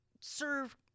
serve